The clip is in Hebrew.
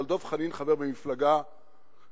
אבל דב חנין חבר במפלגה יהודית-ערבית,